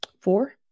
Four